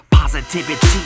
Positivity